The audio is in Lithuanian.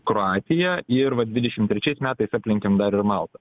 kroatiją ir vat dvidešimt trečiais metai aplenkėm dar ir maltą